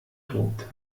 tobt